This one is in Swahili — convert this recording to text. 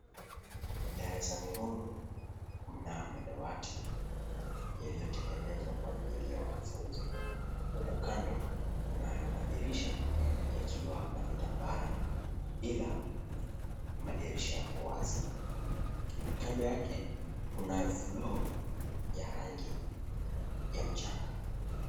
Darasani humu mna madawati yaliyotengenezwa kwa ajili ya wanafunzi. Huku kando kuna hayo madirisha yakiwa na vitambara, ila madirisha yako wazi. Kando yake kunayo floor ya rangi ya mchanga.